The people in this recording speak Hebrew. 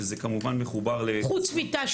שזה כמובן מחובר ל --- חוץ מת"ש,